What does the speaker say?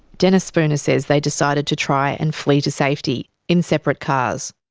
denis spooner says they decided to try and flee to safety in separate cars.